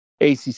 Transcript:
ACC